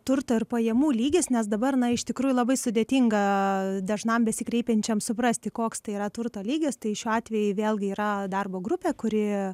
turto ir pajamų lygis nes dabar na iš tikrųjų labai sudėtinga dažnam besikreipiančiam suprasti koks tai yra turto lygis tai šiuo atveju vėlgi yra darbo grupė kuri